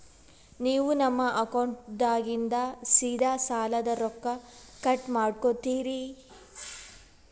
ನೀವು ನಮ್ಮ ಅಕೌಂಟದಾಗಿಂದ ಸೀದಾ ಸಾಲದ ರೊಕ್ಕ ಕಟ್ ಮಾಡ್ಕೋತೀರಿ?